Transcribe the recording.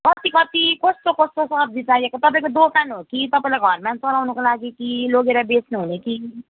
कति कति कस्तो कस्तो सब्जी चाहिएको तपाईँको दोकान हो कि तपाईँलाई घरमा चलाउनको लागि कि लगेर बेच्नु हुने कि